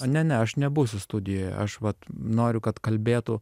ne ne aš nebūsiu studijoje aš vat noriu kad kalbėtų